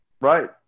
right